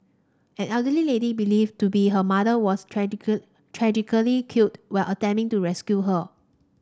an elderly lady believed to be her mother was tragical tragically killed while attempting to rescue her